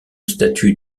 statue